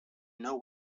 know